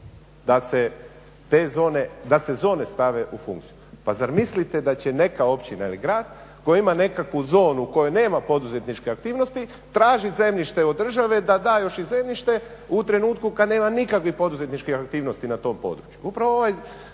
da se zone stave u funkciju. Pa zar mislite da će neka općina ili grad koja ima nekakvu zonu koja nema poduzetničke aktivnosti tražit zemljište od države da da još i zemljište u trenutku kad nema nikakvih poduzetničkih aktivnosti na tom području.